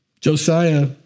Josiah